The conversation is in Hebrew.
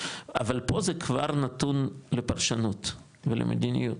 אבל פה זה כבר נתון לפרשנות ולמדיניות,